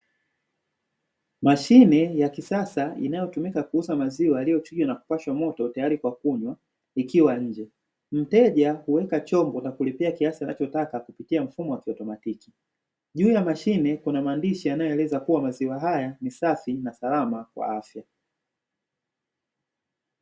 Mashine ya kisasa inayotumika kuuza maziwa yaliyochujwa na kupashwa moto tayari kwa kunywa ikiwa nje. Mteja huweka chombo na kulipia kiasi anachotaka kupitia mfumo wa kiautomatiki. Juu ya mashine kuna maandishi yanayoeleza kuwa maziwa haya ni safi na salama kwa afya.